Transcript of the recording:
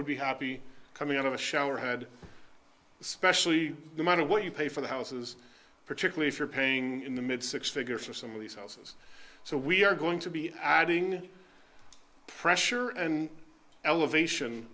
would be happy coming out of a showerhead especially the amount of what you pay for the houses particularly if you're paying in the mid six figures for some of these houses so we are going to be adding pressure and elevation